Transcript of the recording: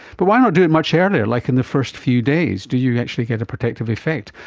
but why not do it much earlier, like in the first few days, do you actually get a protective effect?